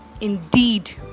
indeed